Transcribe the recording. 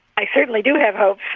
i certainly do have hopes.